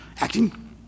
acting